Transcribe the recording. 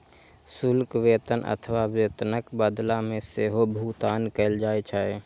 शुल्क वेतन अथवा वेतनक बदला मे सेहो भुगतान कैल जाइ छै